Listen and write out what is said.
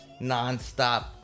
nonstop